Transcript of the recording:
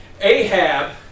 Ahab